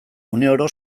uneoro